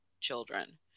children